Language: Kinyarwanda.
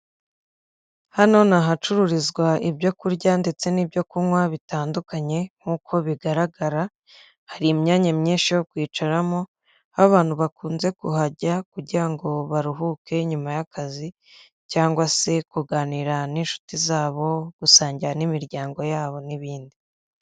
Hano ni ahacururizwa ibyo kurya ndetse n'ibyo kunywa bitandukanye nkuko bigaragara. Hari imyanya myinshi yo kwicaramo, aho abantu bakunze kuhajya kugira ngo baruhuke nyuma y'akazi cyangwa se kuganira n'inshuti zabo, gusangira n'imiryango yabo n'ibindi.